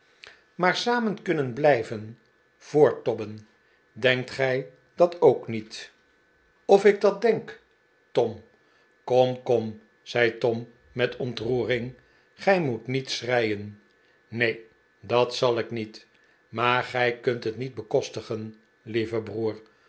maar maarten chuzzlewit samen kunnen blijven voorttobben denkt gij dat ook niet of ik dat denk tom kom kom zei tom met ontroering gij moet niet schreien r neen dat zal ik niet maar gij kunt het niet bekostigenj lieve broer